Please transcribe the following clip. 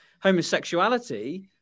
homosexuality